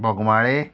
Bogmalo